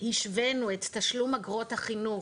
השווינו את תשלום אגרות החינוך,